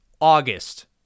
August